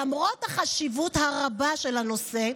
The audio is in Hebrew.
למרות החשיבות הרבה של הנושא,